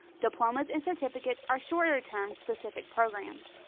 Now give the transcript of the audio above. diplomas and certificates are shorter term, specific programs.